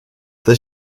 the